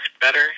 better